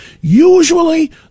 Usually